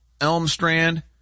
Elmstrand